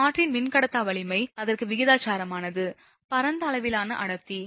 காற்றின் மின்கடத்தா வலிமை அதற்கு விகிதாசாரமானது பரந்த அளவிலான அடர்த்தி